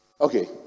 Okay